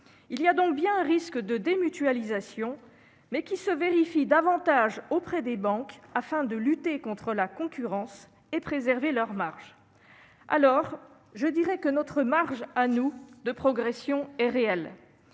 Il y a donc bien un risque de démutualisation, mais celui-ci se vérifie davantage auprès des banques afin de lutter contre la concurrence et de préserver leur marge. Dès lors, notre marge de progression est réelle.